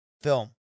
film